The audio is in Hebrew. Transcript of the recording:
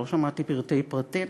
לא שמעתי פרטי פרטים,